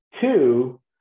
Two